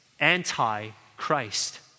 Antichrist